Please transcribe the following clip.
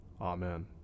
Amen